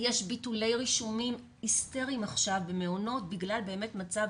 יש ביטולי רישומים הסטריים עכשיו במעונות בגלל מצב